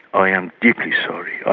i am deeply sorry.